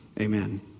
amen